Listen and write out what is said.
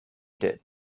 did